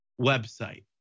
website